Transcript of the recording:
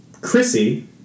Chrissy